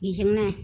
बिजोंनो